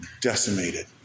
decimated